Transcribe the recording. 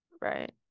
Right